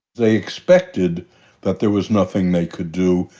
they expected that there was nothing they could do,